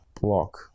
block